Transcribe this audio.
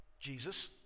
Jesus